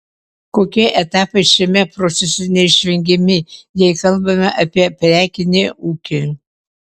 kokie etapai šiame procese neišvengiami jei kalbame apie prekinį ūkį